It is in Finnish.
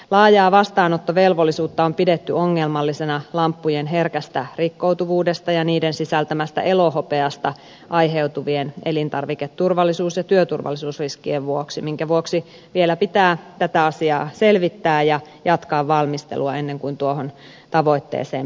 laajaa vastaanottovelvollisuutta on pidetty ongelmallisena lamppujen herkästä rikkoutuvuudesta ja niiden sisältämästä elohopeasta aiheutuvien elintarviketurvallisuus ja työturvallisuusriskien vuoksi minkä vuoksi vielä pitää tätä asiaa selvittää ja jatkaa valmistelua ennen kuin tuohon tavoitteeseen päästään